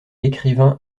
l’écrivain